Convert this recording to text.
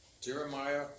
Jeremiah